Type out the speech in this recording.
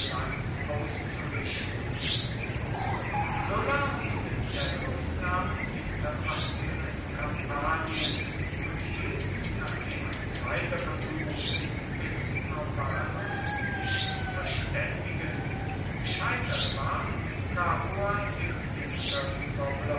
belang auszurichten sulla und metellus nahmen winterquartiere in kampanien und hielten nachdem ein zweiter versuch mit norbanus sich zu verständigen gescheitert war capua den winter über